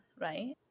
right